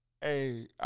hey